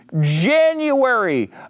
January